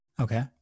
Okay